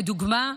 לדוגמה,